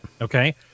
Okay